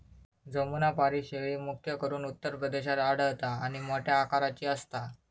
जमुनापारी शेळी, मुख्य करून उत्तर प्रदेशात आढळता आणि मोठ्या आकाराची असता